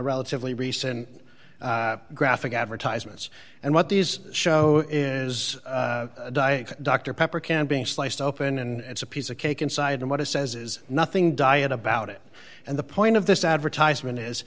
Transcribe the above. relatively recent graphic advertisements and what these show is a diet dr pepper can being sliced open and it's a piece of cake inside and what it says is nothing diet about it and the point of this advertisement is